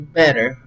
better